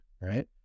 right